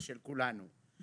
ושל כולנו.